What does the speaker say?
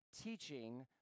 teaching